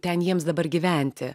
ten jiems dabar gyventi